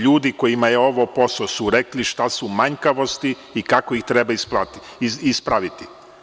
Ljudi kojima je ovo posao su rekli šta su manjkavosti i kako ih treba ispraviti.